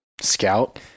Scout